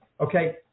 Okay